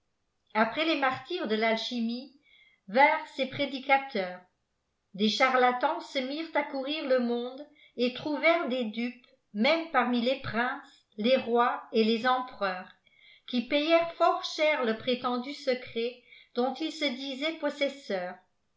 après les martyrs de l'alchimie vinrent ses prédicateurs dés charlatans se mirent à courir le monde et trouvèrent des dupes même parnii les princes les rois et les empereurs uî payèrent fort cher lé prétendu secret dont ils se disaient possesseurs